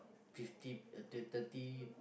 fifty uh thirty